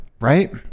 Right